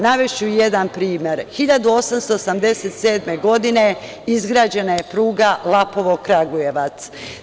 Navešću jedan primer, 1887. godine izgrađena je pruga Lapovo-Kragujevac.